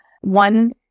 One